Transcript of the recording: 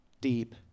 Deep